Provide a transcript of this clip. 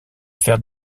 faire